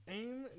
aim